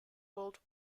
world